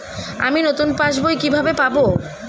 আমি নতুন passbook কিভাবে পাব?